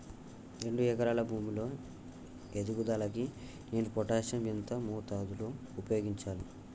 రెండు ఎకరాల భూమి లో ఎదుగుదలకి నేను పొటాషియం ఎంత మోతాదు లో ఉపయోగించాలి?